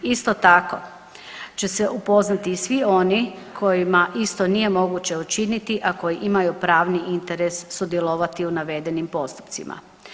Isto tako će se upoznati i svi oni kojima isto nije moguće učiniti, a koji imaju pravni interes sudjelovati u navedenim postupcima.